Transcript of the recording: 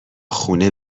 خونه